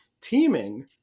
teaming